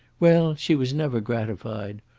well, she was never gratified.